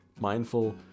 Mindful